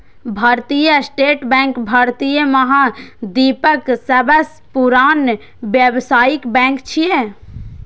भारतीय state bank भारतीय महाद्वीपक सबसं पुरान व्यावसायिक बैंक छियै